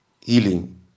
healing